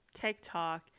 TikTok